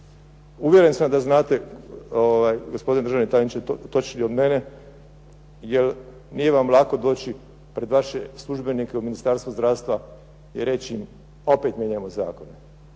uvjeren sam da znate gospodine državni tajniče točnije od mene, jer nije vam doći pred vaše službenike u Ministarstvo zdravstva i reći im opet mijenjamo zakone.